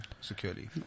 securely